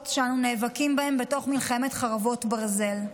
שאנו נאבקים בהן במלחמת חרבות ברזל.